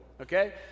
Okay